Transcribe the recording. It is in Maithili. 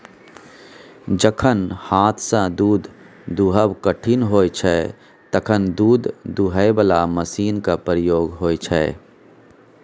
जखन हाथसँ दुध दुहब कठिन होइ छै तखन दुध दुहय बला मशीनक प्रयोग होइ छै